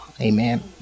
amen